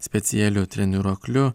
specialiu treniruokliu